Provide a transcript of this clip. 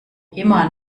immer